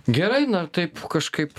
gerai na taip kažkaip